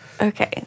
Okay